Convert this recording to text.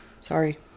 Sorry